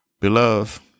Beloved